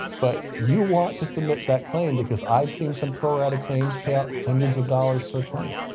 but you want to submit that claim because i've seen some pro-rata claims pay out hundreds of dollars per claim.